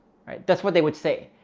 that's what they would say.